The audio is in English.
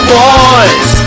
boys